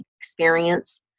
experience